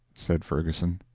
said ferguson.